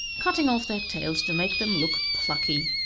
cutting off their tails to make them look plucky,